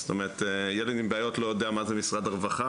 זאת אומרת ילד עם בעיות לא יודע מה זה משרד הרווחה,